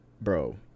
bro